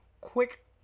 quick